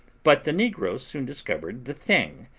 but the negroes soon discovered the thing,